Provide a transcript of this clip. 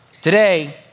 Today